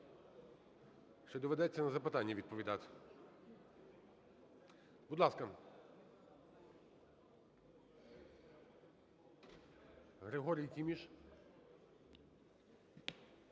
Ще доведеться вам на запитання відповідати. Будь ласка, Григорій Тіміш.